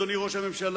אדוני ראש הממשלה,